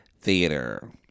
theater